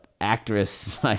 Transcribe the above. actress